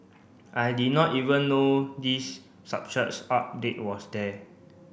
I did not even know this update was there